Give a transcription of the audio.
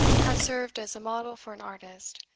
have, served as a model for an artist,